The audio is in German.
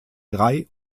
drei